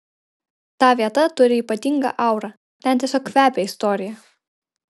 ta vieta turi ypatingą aurą ten tiesiog kvepia istorija